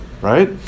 right